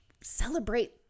celebrate